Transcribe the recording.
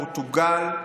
פורטוגל,